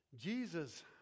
Jesus